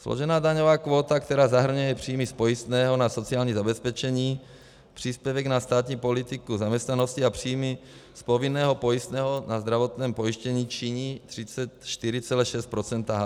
Složená daňová kvóta, která zahrnuje i příjmy z pojistného na sociální zabezpečení, příspěvek na státní politiku zaměstnanosti a příjmy z povinného pojistného na zdravotní pojištění, činí 34,6 % HDP.